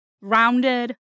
rounded